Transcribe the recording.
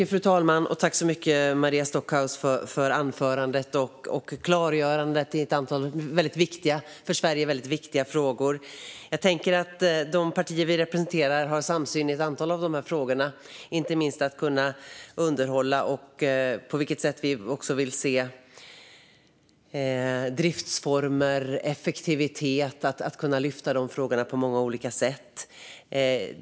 Fru talman! Tack, Maria Stockhaus, för anförandet och klargörandet i ett antal för Sverige väldigt viktiga frågor! Jag tänker att de partier vi representerar har samsyn i ett antal av de här frågorna, inte minst om att underhålla järnvägen och om driftsformer och effektivitet och att man behöver kunna lyfta de frågorna på många olika sätt.